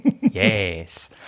Yes